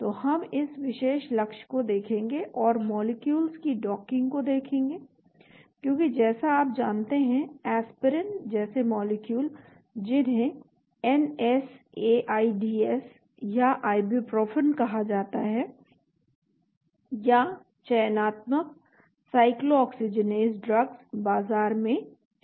तो हम इस विशेष लक्ष्य को देखेंगे और हम मॉलिक्यूलस की डॉकिंग को देखेंगे क्योंकि जैसा आप जानते हैं एस्पिरिन जैसे मॉलिक्यूल जिन्हें एनएसएआईडीएस या इबुप्रोफेन कहा जाता है या चयनात्मक साइक्लोऑक्सीजिनेज ड्रग्स बाजार में हैं